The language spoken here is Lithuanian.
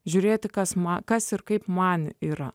žiūrėti kas man kas ir kaip man yra